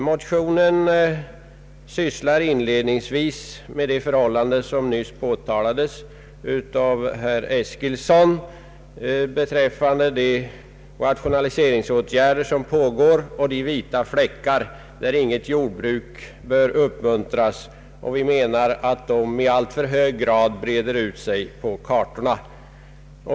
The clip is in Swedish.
Motionen sysslar inledningsvis med de förhållanden som nyss påtalades av herr Eskilsson, nämligen de rationaliseringsåtgärder som pågår och de vita fläckar där inget jordbruk bör uppmuntras. Vi menar att de i alltför hög grad breder ut sig på kartorna.